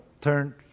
turn